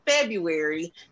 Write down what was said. February